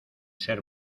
ser